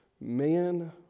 man